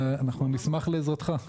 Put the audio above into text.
אנחנו נשמח לעזרתך.